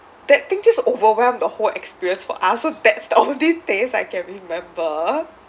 that thing just overwhelmed the whole experience for us so that's the only taste I can remember